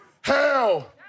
Hell